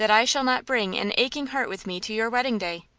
that i shall not bring an aching heart with me to your wedding day?